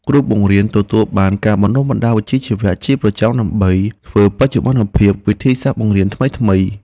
គ្រូបង្រៀនទទួលបានការបណ្តុះបណ្តាលវិជ្ជាជីវៈជាប្រចាំដើម្បីធ្វើបច្ចុប្បន្នភាពវិធីសាស្ត្របង្រៀនថ្មីៗ។